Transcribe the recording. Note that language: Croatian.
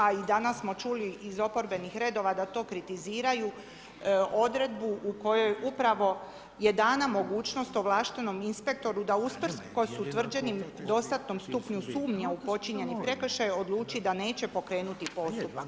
A i danas smo čuli iz oporbenih redova da to kritiziraju odredbu u kojoj upravo je dana mogućnost ovlaštenom inspektoru da usprkos utvrđenim, dostatnom stupnju sumnja u počinjeni prekršaj odluči da neće pokrenuti postupak.